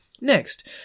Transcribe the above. Next